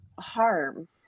harm